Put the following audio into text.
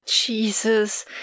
Jesus